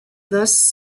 thus